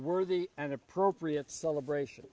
worthy and appropriate celebration